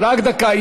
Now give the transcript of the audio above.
רק דקה,